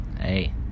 hey